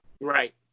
Right